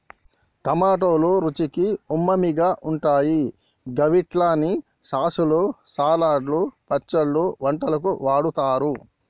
టమాటోలు రుచికి ఉమామిగా ఉంటాయి గవిట్లని సాసులు, సలాడ్లు, పచ్చళ్లు, వంటలకు వాడుతరు